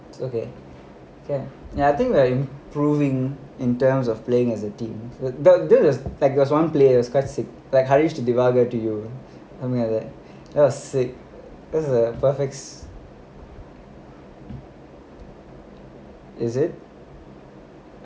it's okay can ya I think like improving in terms of playing as a team the like there's one player quite sick like harish to divaagar you know something like that was sick that was a perfect is it